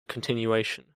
continuation